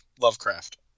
Lovecraft